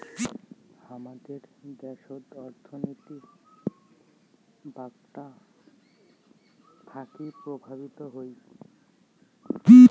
হামাদের দ্যাশোত অর্থনীতি বাঁকটা থাকি প্রভাবিত হই